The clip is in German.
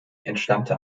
entstammte